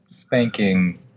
spanking